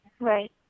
Right